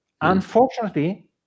Unfortunately